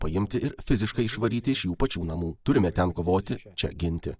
paimti ir fiziškai išvaryti iš jų pačių namų turime ten kovoti čia ginti